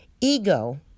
Ego